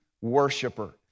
worshiper